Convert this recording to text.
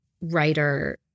writer